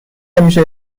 همیشه